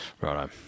Right